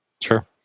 Sure